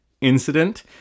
incident